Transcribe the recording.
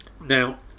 Now